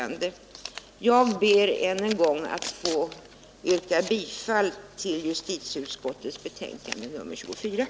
Då är det väl angeläget att i råd kunna diskutera förebyggande åtgärder.